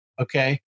Okay